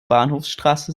bahnhofsstraße